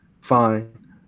fine